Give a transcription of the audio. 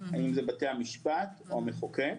הם בתי המשפט או המחוקק?